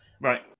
Right